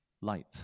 light